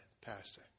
Pastor